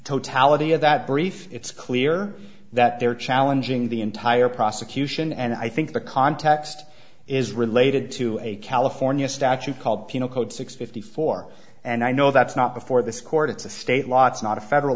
totality of that brief it's clear that they're challenging the entire prosecution and i think the context is related to a california statute called penal code six fifty four and i know that's not before this court it's a state law it's not a federal